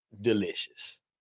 Delicious